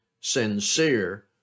sincere